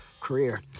career